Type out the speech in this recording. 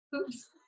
oops